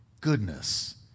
Goodness